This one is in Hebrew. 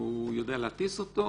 והוא יודע להטיס אותו,